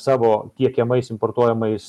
savo tiekiamais importuojamais